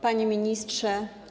Panie Ministrze!